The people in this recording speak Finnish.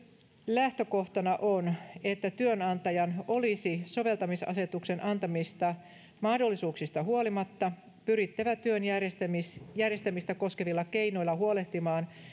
lähtökohtana on että työnantajan olisi soveltamisasetuksen antamista mahdollisuuksista huolimatta pyrittävä työn järjestämistä järjestämistä koskevilla keinoilla huolehtimaan siitä